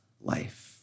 life